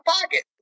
pocket